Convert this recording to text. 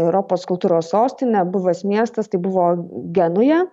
europos kultūros sostine buvęs miestas tai buvo genuja